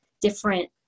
different